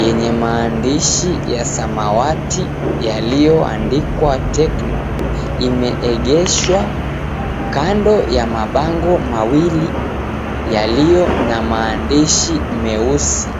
yenye maandishi ya samawati yaliyoandikwa Tecno imeegeshwa kando ya mabango mawili yaliyo na maandishi meusi .